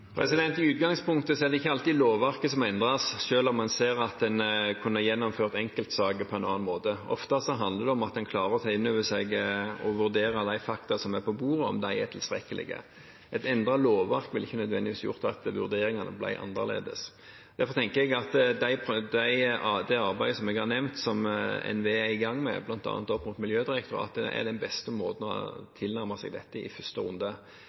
I utgangspunktet er det ikke alltid lovverket som må endres, selv om en ser at en kunne gjennomført enkeltsaker på en annen måte. Ofte handler det om at en klarer å ta inn over seg og vurdere om de fakta som ligger på bordet, er tilstrekkelige. Et endret lovverk ville ikke nødvendigvis gjort at vurderingene ble annerledes. Derfor tenker jeg at det arbeidet jeg har nevnt, som NVE er i gang med, bl.a. opp mot Miljødirektoratet, er den beste måten å tilnærme seg dette på i første runde.